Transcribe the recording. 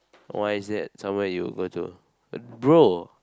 why is that somewhere you will go to bro